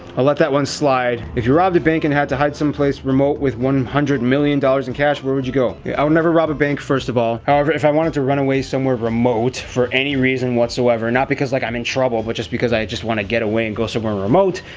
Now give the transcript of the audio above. i'll let that one slide. if you robbed a bank and had to hide someplace remote with one hundred million dollars in cash, where would you go? i would never rob a bank, first of all. however, if i wanted to run away somewhere remote, for any reason whatsoever, not because like i'm in trouble, but just because i wanna get away and go somewhere remote,